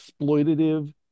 exploitative